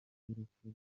y’urupfu